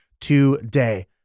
today